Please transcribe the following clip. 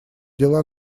дела